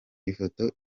ifoto